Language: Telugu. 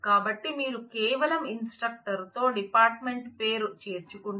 కాబట్టి మీరు కేవలం ఇన్స్ట్రక్టర్ తో డిపార్ట్మెంట్ పేరు చేర్చుకుంటే